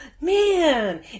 man